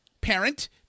parent